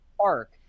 park